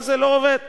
כל זה לא עובד.